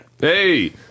hey